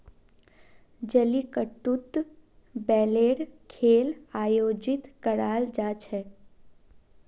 जलीकट्टूत बैलेर खेल आयोजित कराल जा छेक